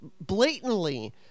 blatantly